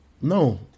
No